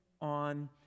on